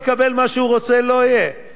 אמרו: עזוב אותך, במיליון וחצי?